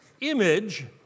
image